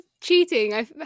cheating